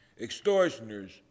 extortioners